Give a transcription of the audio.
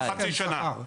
בעוד כחצי שנה.